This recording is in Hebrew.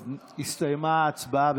הסתיימה ההצבעה.